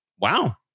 wow